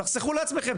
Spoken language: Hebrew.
תחסכו לעצמכם.